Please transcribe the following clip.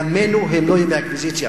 ימינו הם לא ימי האינקוויזיציה.